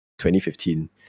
2015